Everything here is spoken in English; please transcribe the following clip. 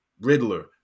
Riddler